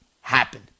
happen